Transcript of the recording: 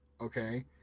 okay